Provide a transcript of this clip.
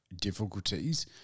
difficulties